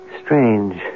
strange